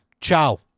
Ciao